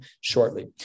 shortly